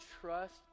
trust